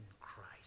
Christ